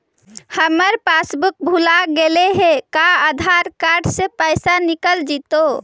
हमर पासबुक भुला गेले हे का आधार कार्ड से पैसा निकल जितै?